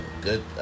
good